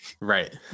right